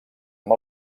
amb